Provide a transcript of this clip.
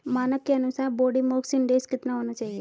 मानक के अनुसार बॉडी मास इंडेक्स कितना होना चाहिए?